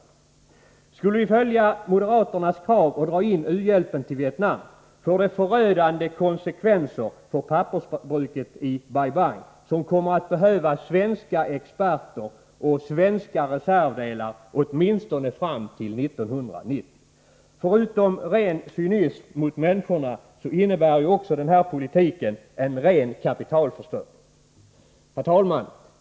Om vi skulle följa moderaternas krav och dra in u-hjälpen till Vietnam, får det förödande konsekvenser för pappersbruket i Bai Bang, som kommer att behöva svenska experter och svenska reservdelar åtminstone fram till 1990. Förutom ren cynism mot människorna innebär den här politiken också en ren kapitalförstöring. Herr talman!